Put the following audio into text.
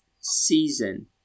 season